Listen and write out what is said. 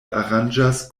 aranĝas